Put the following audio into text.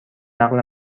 نقل